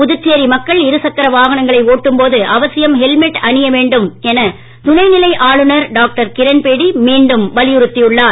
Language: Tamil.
புதுச்சேரி மக்கள் இருசக்கர வாகனங்களை ஓட்டும்போது அவசியம் ஹெல்மெட் அணிய வேண்டும் என துணைநிலை ஆளுநர் டாக்டர் கிரண்பேடி மீண்டும் வலியுறுத்தியுள்ளார்